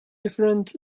different